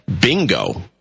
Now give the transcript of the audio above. bingo